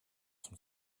von